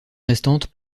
restantes